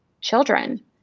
children